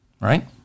right